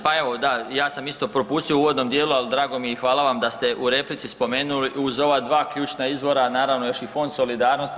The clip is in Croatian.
Pa evo, da ja sam isto propustio u uvodnom dijelu, al drago mi je i hvala vam da ste u replici spomenuli uz ova dva ključna izvora naravno još i Fond solidarnosti.